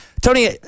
Tony